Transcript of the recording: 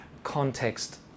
context